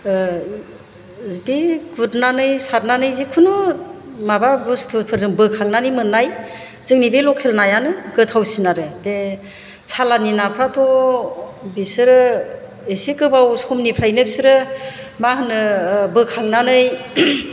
बे गुरनानै सारनानै जिखुनु माबा बुस्थुफोरजों बोखांनानै मोननाय जोंनि बे लकेल नायानो गोथावसिन आरो बे सालानि नाफोराथ' बिसोरो इसे गोबाव समनिफ्रायनो बिसोरो मा होनो बोखांनानै